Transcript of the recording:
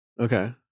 Okay